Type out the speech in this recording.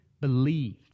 believed